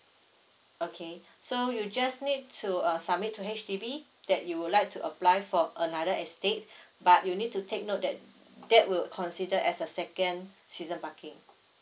okay so you just need to uh submit to H_D_B that you would like to apply for another estate but you need to take note that that will considered as a second season parking